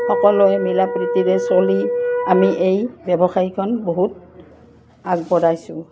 সকলোৱে মিলা প্ৰীতিৰে চলি আমি এই ব্যৱসায়ীখন বহুত আগবঢ়াইছোঁ